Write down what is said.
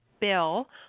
bill